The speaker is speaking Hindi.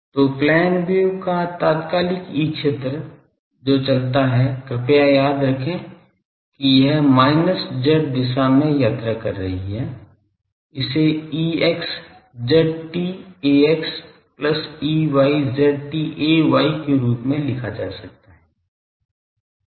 तो प्लेन वेव का तात्कालिक ई क्षेत्र जो चलता है कृपया याद रखें कि यह minus z दिशा में यात्रा कर रही है इसे Ex z t ax plus Ey z t ay के रूप में लिखा जा सकता है